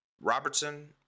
Robertson